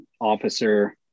officer